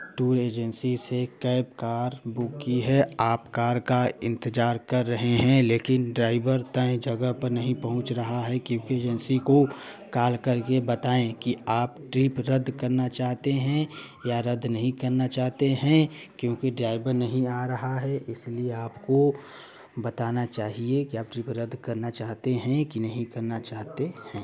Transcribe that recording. tour agency से cab car book की है आप कार का इंतज़ार कर रहे हैं लेकिन ड्राइवर तय जगह पर नहीं पहुँच रहा है क्योंकि एजेंसी को कॉल करके बताएँ कि आप ट्रिप रद्द करना चाहते हैं या रद्द नहीं करना चाहते हैं क्योंकि ड्राइवर नहीं आ रहा है इसलिए आपको बताना चाहिए कि आप ट्रिप रद्द करना चाहते हैं कि नहीं करना चाहते हैं